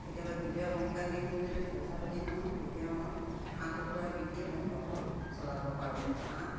কেতিয়াবা বিহুৱে সংক্ৰান্তিয়ে মোৰ যদি পইচা পাতি নহয় তেতিয়া মই হাঁহ কুকুৰা বিকিয়ে মই ঘৰখন চলাব পাৰোঁ হাঁহ